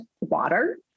water